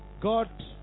God